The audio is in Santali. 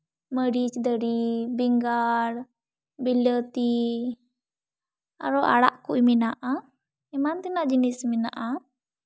ᱢᱟᱹᱨᱤᱪ ᱫᱟᱨᱮ ᱵᱮᱸᱜᱟᱲ ᱵᱤᱞᱟᱹᱛᱤ ᱟᱨᱚ ᱟᱲᱟᱜ ᱠᱚ ᱢᱮᱱᱟᱜᱼᱟ ᱮᱢᱟᱱ ᱛᱮᱱᱟᱜ ᱡᱤᱱᱤᱥ ᱢᱮᱱᱟᱜᱼᱟ